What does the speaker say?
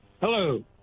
hello